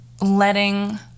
letting